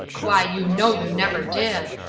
why, you know you never did.